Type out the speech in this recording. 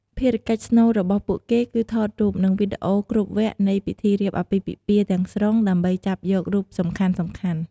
ភារកិច្ចស្នូលរបស់ពួកគេ គឺថតរូប និងវីដេអូគ្រប់វគ្គនៃពិធីរៀបអាពាហ៍ពិពាហ៍ទាំងស្រុងដើម្បីចាប់យករូបសំខាន់ៗ។